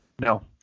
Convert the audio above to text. No